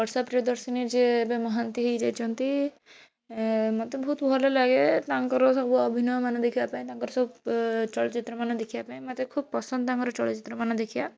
ବର୍ଷା ପ୍ରିୟଦର୍ଶିନୀ ଯିଏ ଏବେ ମହାନ୍ତି ହେଇଯାଇଛନ୍ତି ମୋତେ ବହୁତ ଭଲ ଲାଗେ ତାଙ୍କର ସବୁ ଅଭିନୟମାନ ଦେଖିବା ପାଇଁ ତାଙ୍କର ସବୁ ଚଳଚ୍ଚିତ୍ରମାନ ଦେଖିବା ପାଇଁ ମୋତେ ଖୁବ ପସନ୍ଦ ତାଙ୍କର ଚଳଚ୍ଚିତ୍ରମାନ ଦେଖିବା